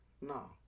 No